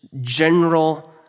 general